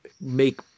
make